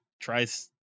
tries